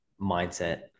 mindset